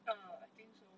ah I think so